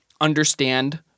understand